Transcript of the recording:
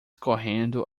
correndo